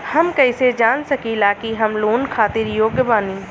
हम कईसे जान सकिला कि हम लोन खातिर योग्य बानी?